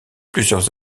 plusieurs